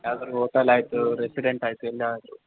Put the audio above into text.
ಯಾವ್ದಾದ್ರು ಹೋಟಲ್ ಆಯಿತು ರೆಸಿಡೆಂಟ್ ಆಯಿತು ಎಲ್ಲಾದರೂ